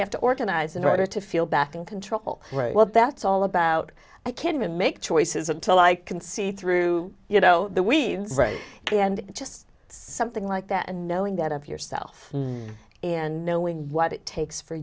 have to organize in order to feel back in control right what that's all about i can't even make choices until i can see through you know the we and just something like that and knowing that of yourself and knowing what it takes for